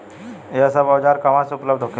यह सब औजार कहवा से उपलब्ध होखेला?